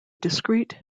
discrete